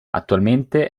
attualmente